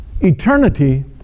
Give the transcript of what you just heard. Eternity